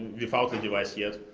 without the device yet?